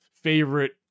favorite